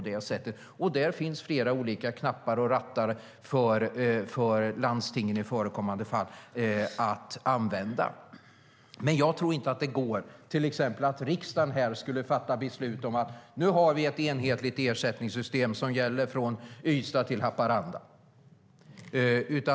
Där finns flera olika knappar och rattar för landstingen, i förekommande fall, att använda. Jag tror inte att till exempel riksdagen ska fatta beslut om ett enhetligt ersättningssystem som gäller från Ystad till Haparanda.